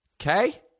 Okay